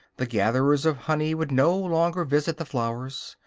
the gatherers of honey would no longer visit the flowers,